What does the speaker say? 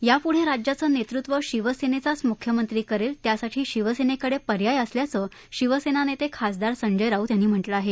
यापुढे राज्याचं नेतृत्व शिवसेनेचाच मुख्यमंत्री करेल त्यासाठी शिवसेनेकडे पर्याय असल्याचं शिवसेना नेते खासदार संजय राऊत यांनी म्हटलं आहे